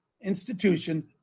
institution